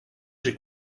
j’ai